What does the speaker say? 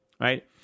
right